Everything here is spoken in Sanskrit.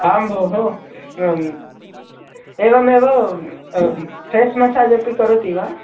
आं भोः एवमेव फ़ेस् मसाज् अपि करोति वा